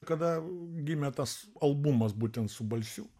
kada gimė tas albumas būtent su balsiu